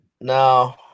No